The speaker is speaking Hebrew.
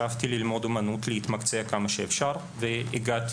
שאפתי ללמוד אומנות ולהתמקצע כמה שאפשר והגעתי